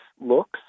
looks